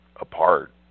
apart